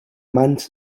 mans